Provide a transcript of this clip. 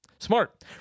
Smart